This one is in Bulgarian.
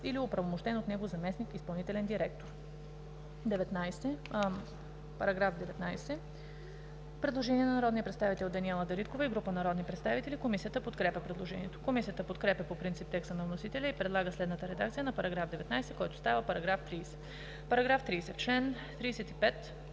или оправомощен от него заместник изпълнителен директор“. Предложение на народния представител Даниела Дариткова и група народни представители: Комисията подкрепя предложението. Комисията подкрепя по принцип текста на вносителя и предлага следната редакция на § 19, който става § 30: „§ 30. В чл.